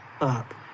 up